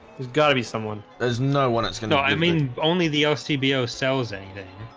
there's got to be someone there's no one else good no, i mean only the lcbo sells anything.